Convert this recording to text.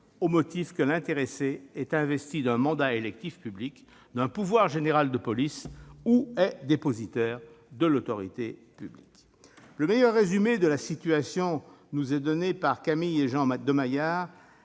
au motif que l'intéressé est « investi d'un mandat électif public », d'un pouvoir général de police ou « dépositaire de l'autorité publique ». Le meilleur résumé de la situation nous est donné par Camille et Jean de Maillard